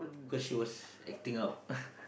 cause she was acting out